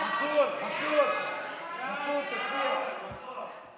ההצעה להעביר את הצעת חוק